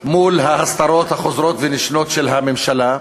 מול ההסתרות החוזרות ונשנות של הממשלה.